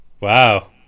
Wow